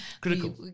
Critical